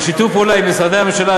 בשיתוף פעולה עם משרדי הממשלה,